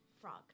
Frog